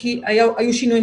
כי היו שינויים.